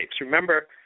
Remember